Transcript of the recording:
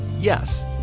Yes